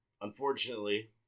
Unfortunately